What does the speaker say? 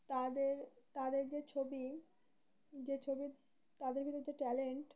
তাদের তাদের যে ছবি যে ছবি তাদের ভিতরে যে ট্যালেন্ট